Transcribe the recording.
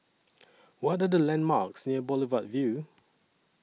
What Are The landmarks near Boulevard Vue